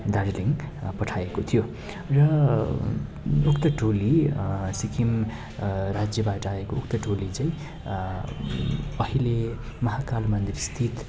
दार्जिलिङ पठाएको थियो र उक्त टोली सिक्किम राज्यबाट आएको उक्त टोली चाहिँ अहिले महाकाल मन्दिरस्थित